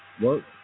work